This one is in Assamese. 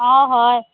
অঁ হয়